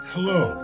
Hello